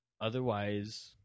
Otherwise